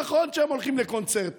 נכון שהם הולכים לקונצרטים,